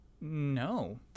No